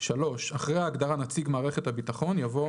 (3)אחרי ההגדרה "נציג מערכת הביטחון" יבוא: